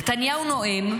נתניהו נואם,